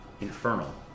Infernal